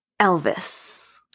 Elvis